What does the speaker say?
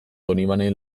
donibane